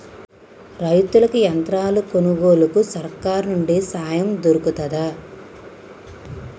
రైతులకి యంత్రాలు కొనుగోలుకు సర్కారు నుండి సాయం దొరుకుతదా?